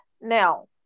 Now